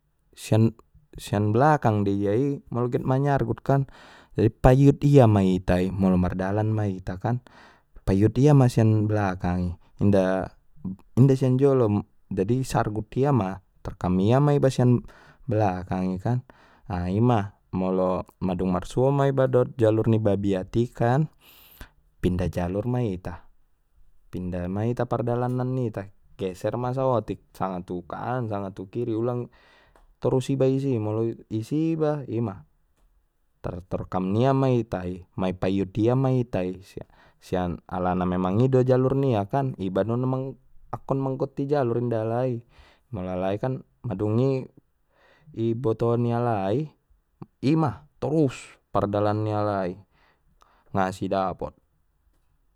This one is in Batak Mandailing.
Sian blakang de ia i molo get manyargut kan jadi ipaiut ia mai ita i molo mardalan kan ipaiut ia ma sian blakang i inda, inda sian jolo jadi sargut ia ma terkam ia ma iba sian blakang i kan na ha ima molo madung marsuo ma iba dot jalur ni babiati kan pindah jalur ma ita pindah ma ita pardalanan nita geser ma saotik sanga tu kanan sanga tu kiri ulang torus iba isi molo isi iba ima, tar terkam ia ma ita i ma ipaiut ia ma ita i sian alana memang i do jalur nia kan iba non mang akkon manggotti jalur inda lai mangalai kan madung i iboto ni alai ima torus pardalan ni alai nga si dapot.